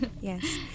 Yes